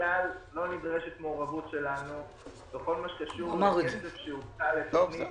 בכלל לא נדרשת מעורבות שלנו בכל מה שקשור לכסף שהוקצה לתוכנית